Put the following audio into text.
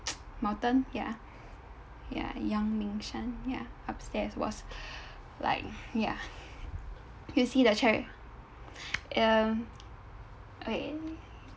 mountain ya ya 阳明山 ya upstairs was like ya you see the cherry uh okay